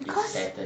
because